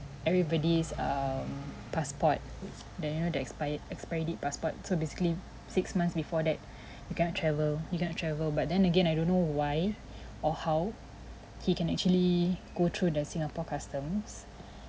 everybody's err passport then you know the expired expire date passport so basically six months before that you cannot travel you cannot travel but then again I don't know why or how he can actually go through the singapore customs